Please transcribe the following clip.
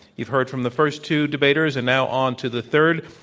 you've heard from the first two debaters, and now on to the third.